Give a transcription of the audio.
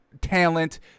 talent